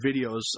videos